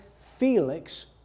Felix